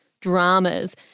dramas